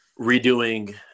redoing